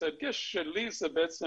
אז ההדגש שלי זה בעצם